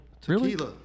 Tequila